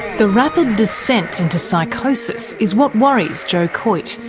the rapid descent into psychosis is what worries joe coyte,